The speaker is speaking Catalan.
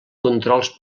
controls